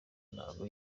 ntabwo